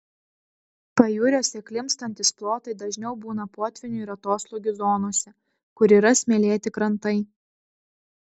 pajūriuose klimpstantys plotai dažniau būna potvynių ir atoslūgių zonose kur yra smėlėti krantai